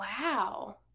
wow